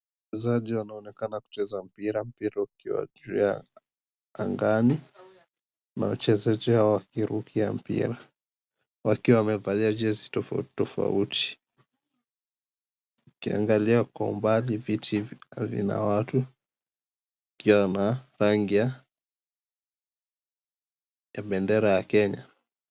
Wachezaji wanaonekana kucheza mpira, mpira ukiwa juu ya angani na wachezaji hawa wakirukia mpira wakiwa wamevali jezi tofauti tofauti. Ukiangalia kwa umbali viti havina watu ikiwa na rangi ya bendera ya Kenya.